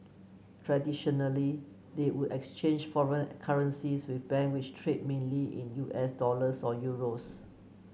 traditionally they would exchange foreign currencies with bank which trade mainly in U S dollars or euros